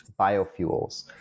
biofuels